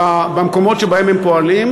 במקומות שבהם הן פועלות.